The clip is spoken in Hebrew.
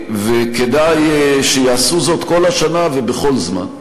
כדאי שיעשו זאת כל השנה, ובכל זמן.